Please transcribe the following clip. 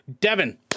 Devin